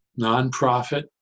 nonprofit